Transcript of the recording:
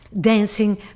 dancing